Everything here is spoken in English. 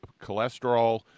cholesterol